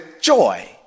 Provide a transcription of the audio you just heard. joy